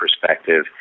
perspective